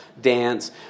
dance